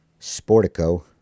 Sportico